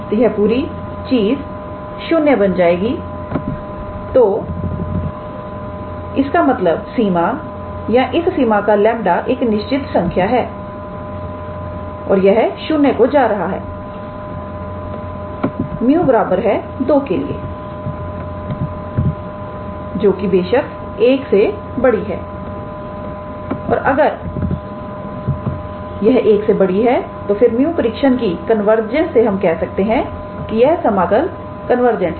तो यह पूरी चीज 0 बन जाएगी तो इसका मतलब सीमा या इस सीमा का 𝜆 एक निश्चित संख्या है और यह 0 को जा रहा है 𝜇 2 के लिए जो कि बेशक 1 से बढ़ी है और अगर यह 1 से बड़ी है तो फिर 𝜇 परीक्षण𝜇 test की कन्वर्जेंस से हम कह सकते हैं कि यह समाकल कन्वर्जेंट है